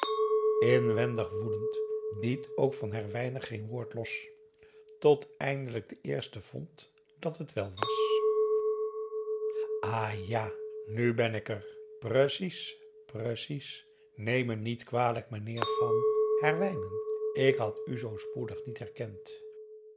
inwendig woedend liet ook van herwijnen geen woord los tot eindelijk de eerste vond dat het wèl was ah ja nu ben ik er precies precies neem me niet kwalijk meneer van herwijnen ik had u zoo spoedig niet herkend